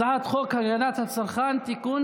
הצעת חוק הגנת הצרכן (תיקון,